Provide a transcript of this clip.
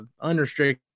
unrestricted